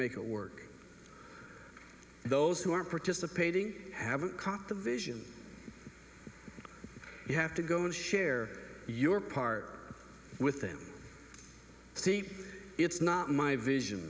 make it work those who are participating have caught the vision you have to go and share your part with them see it's not my vision